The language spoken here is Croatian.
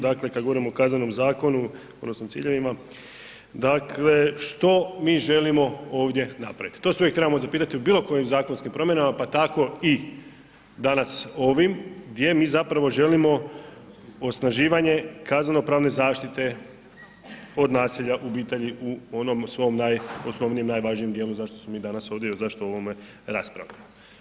Dakle, kad govorimo o Kaznenom zakonu odnosno ciljevima, dakle što mi želimo ovdje napraviti, to se uvijek trebamo zapitati u bilo kojim zakonskim promjenama pa tako i danas ovim gdje mi zapravo želimo osnaživanje kazneno-pravne zaštite od nasilja u obitelji u onom svom najosnovnijem, najvažnijem dijelu zašto smo mi danas ovdje i zašto o ovome raspravljamo.